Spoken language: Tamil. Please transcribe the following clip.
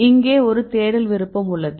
இங்கே ஒரு தேடல் விருப்பம் உள்ளது